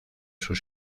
sus